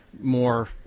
more